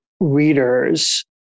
readers